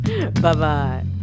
Bye-bye